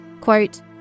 Quote